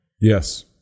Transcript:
yes